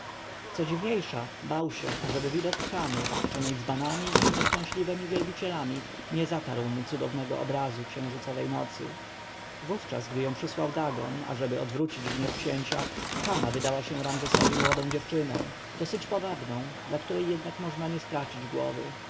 co dziwniejsza bał się ażeby widok kamy otoczonej dzbanami i nieszczęśliwymi wielbicielami nie zatarł mu cudownego obrazu księżycowej nocy wówczas gdy ją przysłał dagon ażeby odwrócić gniew księcia kama wydała się ramzesowi młodą dziewczyną dosyć powabną dla której jednak można nie tracić głowy